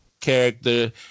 character